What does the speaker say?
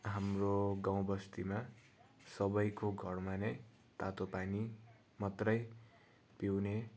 हाम्रो गाउँ बस्तीमा सबैको घरमा नै तातो पानी मात्रै पिउने